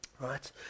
Right